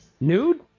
Nude